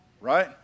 Right